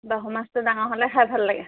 বাহু মাছটো ডাঙৰ হ'লে খাই ভাল লাগে